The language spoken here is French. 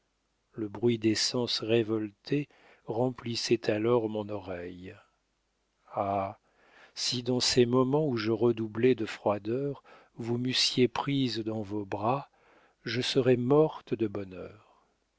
le bruit des sens révoltés remplissait alors mon oreille ah si dans ces moments où je redoublais de froideur vous m'eussiez prise dans vos bras je serais morte de bonheur